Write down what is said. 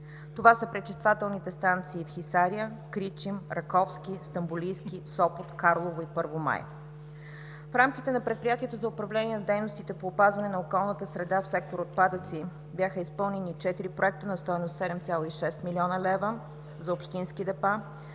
Това са пречиствателните станции в Хисаря, Кричим, Раковски, Стамболийски, Сопот, Карлово и Първомай. В рамките на предприятия за управление на дейностите по опазване на околната среда в сектор „Отпадъци“ бяха изпълнени четири проекта на стойност 7,6 млн. лв. за общински депа,